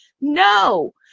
No